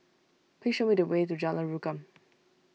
please show me the way to Jalan Rukam